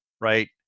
right